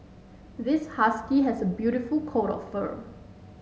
this husky has a beautiful coat of fur